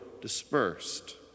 dispersed